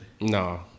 No